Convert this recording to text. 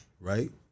right